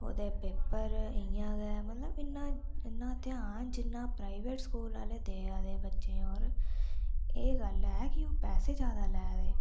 ओह्दे पेपर इ'यां गै मतलब इन्ना इन्ना ध्यान जिन्ना प्राइवेट स्कूल आह्ले देआ दे बच्चें पर एह् गल्ल ऐ कि ओह् पैसे जैदा लै दे